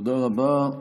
תודה רבה.